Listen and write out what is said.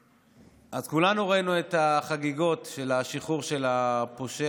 אז כולנו ראינו את החגיגות של השחרור של הפושע,